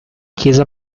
chiesa